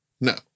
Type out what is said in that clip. No